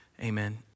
amen